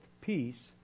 peace